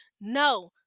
No